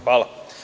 Hvala.